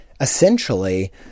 essentially